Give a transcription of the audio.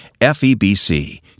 FEBC